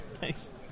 thanks